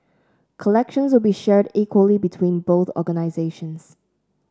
collections will be shared equally between both organisations